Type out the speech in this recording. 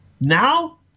Now